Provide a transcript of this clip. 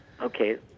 Okay